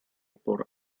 por